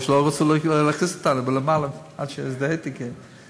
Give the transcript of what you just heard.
כי לא רצו להכניס אותנו, מלמעלה, עד שהזדהיתי כשר.